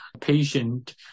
patient